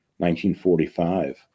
1945